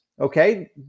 Okay